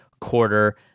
quarter